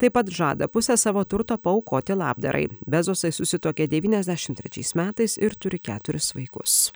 taip pat žada pusę savo turto paaukoti labdarai bezosai susituokė devyniasdešim trečiais metais ir turi keturis vaikus